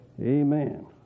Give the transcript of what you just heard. Amen